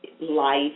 life